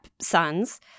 sons